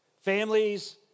Families